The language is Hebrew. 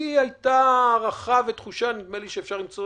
הייתה לי הערכה ותחושה נדמה לי שאפשר למצוא